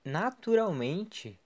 naturalmente